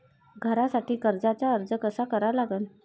घरासाठी कर्जाचा अर्ज कसा करा लागन?